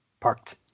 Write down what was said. Parked